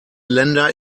länder